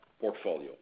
portfolio